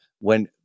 when-